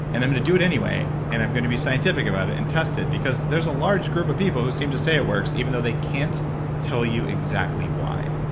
and i'm going to do it anyway. and i'm going to be scientific about it and test it. because there's a large group of people who seem to say it works even though they can't tell you exactly why.